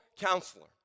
counselor